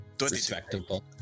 Respectable